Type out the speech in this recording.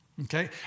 okay